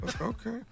Okay